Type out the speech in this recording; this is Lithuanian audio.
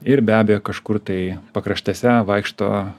ir be abejo kažkur tai pakraštėse vaikšto